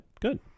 good